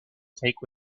take